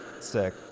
Sick